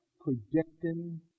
predicting